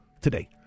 today